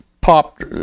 popped